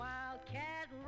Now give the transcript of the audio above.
Wildcat